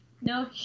No